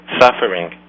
suffering